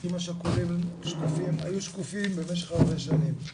האחים השכולים היו שקופים במשך הרבה שנים.